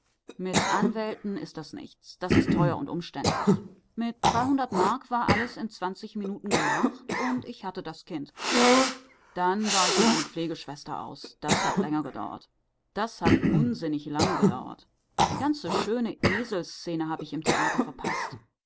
mit anwälten ist das nichts das ist teuer und umständlich mit dreihundert mark war alles in zwanzig minuten gemacht und ich hatte das kind dann war ich um eine pflegeschwester aus das hat länger gedauert das hat unsinnig lange gedauert die ganze schöne eselsszene habe ich im theater verpaßt